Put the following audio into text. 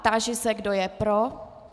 Táži se, kdo je pro.